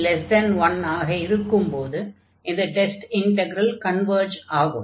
p 1 ஆக இருக்கும்போது இந்த டெஸ்ட் இன்ட்க்ரல் கன்வர்ஜ் ஆகும்